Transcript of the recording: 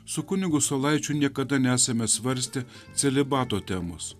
su kunigu saulaičiu niekada nesame svarstę celibato temos